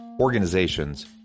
Organizations